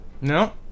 No